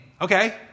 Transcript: Okay